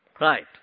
Right